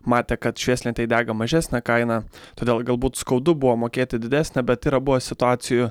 matė kad švieslentėj dega mažesnė kaina todėl galbūt skaudu buvo mokėti didesnę bet yra buvę situacijų